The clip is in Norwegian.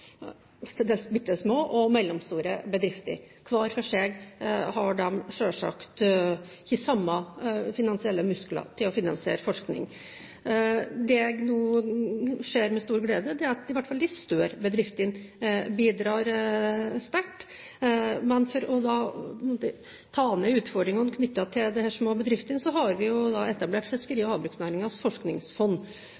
til dels bitte små – og mellomstore bedrifter. Hver for seg har de selvsagt ikke de samme finansielle muskler til å finansiere forskning. Det jeg nå ser med stor glede, er at i hvert fall de større bedriftene bidrar sterkt. Men for å ta ned utfordringene knyttet til disse små bedriftene har vi jo etablert Fiskeri-